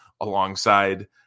alongside